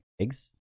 eggs